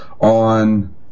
on